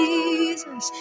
Jesus